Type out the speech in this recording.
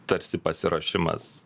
tarsi pasiruošimas